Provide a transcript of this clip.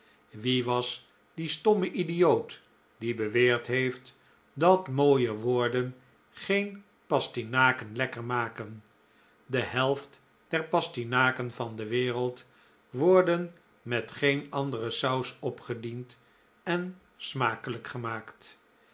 wie was die stomme idioot die beweerd heeft dat mooie woorden geen pastinaken lekker maken de helft der pastinaken van de wereld worden met geen andere saus opgediend en smakelijk gemaakt